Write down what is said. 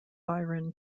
byron